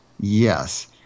Yes